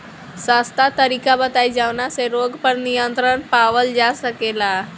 सस्ता तरीका बताई जवने से रोग पर नियंत्रण पावल जा सकेला?